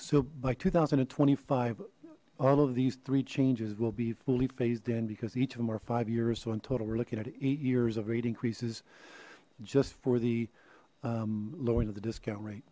so by two thousand and twenty five all of these three changes will be fully phased in because each of them are five years so in total we're looking at eight years of rate increases just for the low end of the discount rate